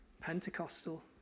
Pentecostal